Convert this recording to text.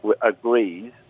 agrees